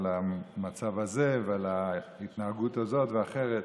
על המצב הזה ועל ההתנהגות הזו והאחרת.